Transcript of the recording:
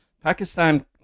Pakistan